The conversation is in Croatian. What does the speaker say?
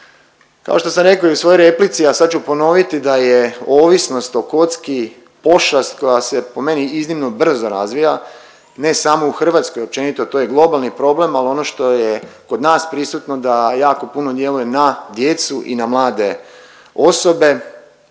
Kao što sam rekao i u svojoj replici, a sad ću ponoviti da je ovisnost o kocki pošast koja se po meni iznimno brzo razvija na samo u Hrvatskoj, općenito to je globalni problem, ali ono što je kod nas prisutno da jako puno djeluje na djecu i na mlade osobe